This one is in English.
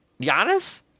Giannis